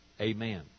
amen